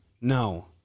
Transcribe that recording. No